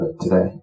today